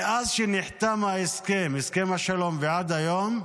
מאז שנחתם ההסכם, הסכם השלום, ועד היום,